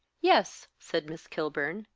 yes, said miss kilburn.